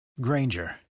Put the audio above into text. Granger